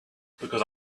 because